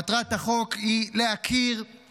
מטרת החוק היא להכיר,